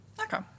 Okay